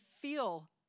feel